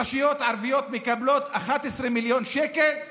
רשויות ערביות מקבלות 11 מיליון שקל,